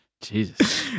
Jesus